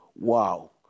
Wow